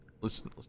listen